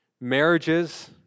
marriages